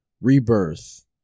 rebirth